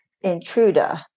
intruder